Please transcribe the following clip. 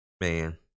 Man